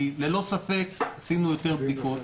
ללא ספק עשינו יותר בדיקות,